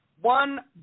one